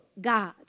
God